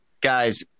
guys